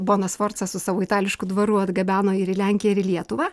bona sforca su savo itališku dvaru atgabeno ir į lenkiją ir į lietuvą